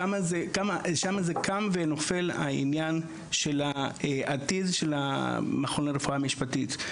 שם זה קם ונופל העניין של העתיד של המכון לרפואה משפטית.